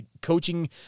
coaching